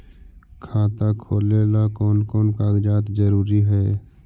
खाता खोलें ला कोन कोन कागजात जरूरी है?